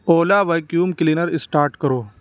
اولا vacuum cleaner start کرو